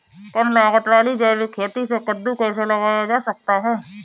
कम लागत वाली जैविक खेती में कद्दू कैसे लगाया जा सकता है?